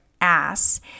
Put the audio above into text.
ass